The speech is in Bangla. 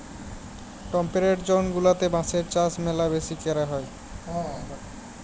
টেম্পেরেট জন গুলাতে বাঁশের চাষ ম্যালা বেশি ক্যরে হ্যয়